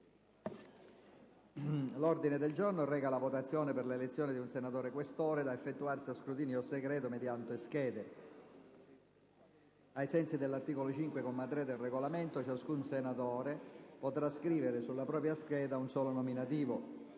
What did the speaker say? L'ordine del giorno reca la votazione per l'elezione di un senatore Questore, che sarà effettuata a scrutinio segreto mediante schede. Ai sensi dell'articolo 5, comma 3, del Regolamento, ciascun senatore potrà scrivere sulla propria scheda un solo nominativo.